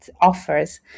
offers